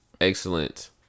Excellent